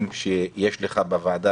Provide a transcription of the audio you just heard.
הרשויות השלטוניות,